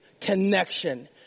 connection